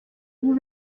vous